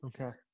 Okay